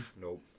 Nope